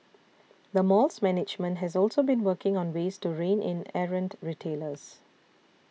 the mall's management has also been working on ways to rein in errant retailers